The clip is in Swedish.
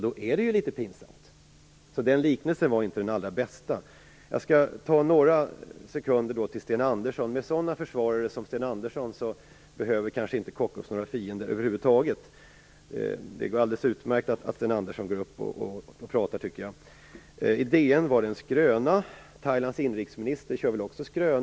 Därför var den liknelsen inte den allra bästa. Jag skall ägna några sekunder åt Sten Andersson. Med sådana försvarare som Sten Andersson behöver kanske Kockums inte några fiender över huvud taget. Jag tycker att det är alldeles utmärkt att Sten Andersson går upp och pratar. Artikeln i DN var en skröna. Thailands inrikesminister sysslar väl också med skrönor.